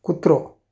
कुत्रो